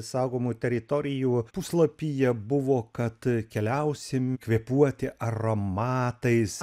saugomų teritorijų puslapyje buvo kad keliausim kvėpuoti aromatais